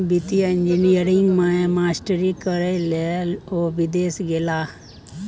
वित्तीय इंजीनियरिंग मे मास्टरी करय लए ओ विदेश गेलाह